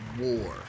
war